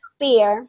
fear